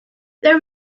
there